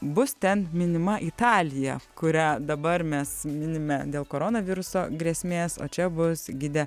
bus ten minima italija kurią dabar mes minime dėl koronaviruso grėsmės o čia bus gidė